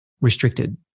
restricted